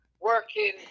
working